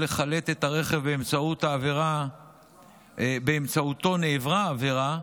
לחלט את הרכב שבאמצעותו נעברה העבירה